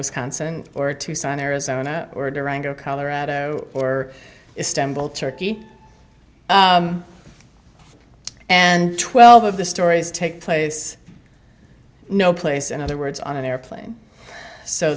wisconsin or tucson arizona or durango colorado or istanbul turkey and twelve of the stories take place no place in other words on an airplane so